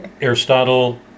Aristotle